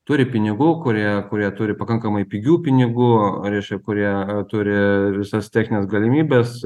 turi pinigų kurie kurie turi pakankamai pigių pinigų reiškia kurie turi visas technines galimybes